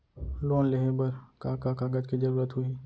Loan लेहे बर का का कागज के जरूरत होही?